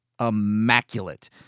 immaculate